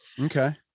Okay